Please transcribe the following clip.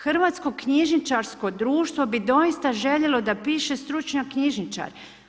Hrvatsko knjižničarsko društvo bi doista željelo da piše stručni knjižničar.